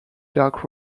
dark